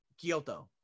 Kyoto